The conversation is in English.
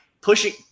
pushing